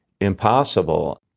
impossible